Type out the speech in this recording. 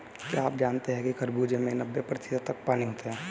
क्या आप जानते हैं कि खरबूजे में नब्बे प्रतिशत तक पानी होता है